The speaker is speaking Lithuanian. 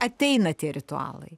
ateina tie ritualai